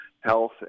health